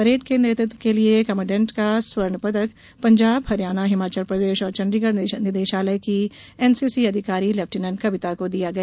parade के नेतृत्व के लिये कमाडेन्ट का स्वर्ण पदक पंजाब हरियाणा हिमाचल प्रदेश और चंडीगढ निदेशालय की एनसीसी अधिकारी लेफ्टिनेट कविता को दिया गया